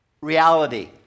reality